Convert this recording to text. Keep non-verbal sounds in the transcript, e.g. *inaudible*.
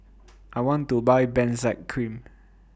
*noise* I want to Buy Benzac Cream